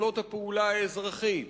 יכולת הפעולה האזרחית,